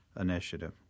initiative